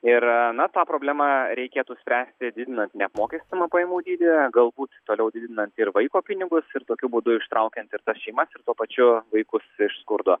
ir na tą problemą reikėtų spręsti didinant neapmokestinamą pajamų dydį galbūt toliau didinant ir vaiko pinigus ir tokiu būdu ištraukiant ir tas šeimas ir tuo pačiu vaikus iš skurdo